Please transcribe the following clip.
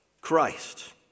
Christ